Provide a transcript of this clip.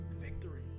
Victory